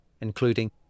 including